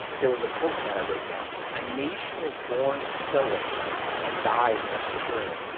there was a quote that i wrote down. a nation is born stoic and dies epicurean.